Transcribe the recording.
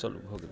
चलू भऽ गेल